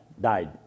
died